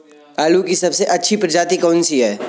आलू की सबसे अच्छी प्रजाति कौन सी है?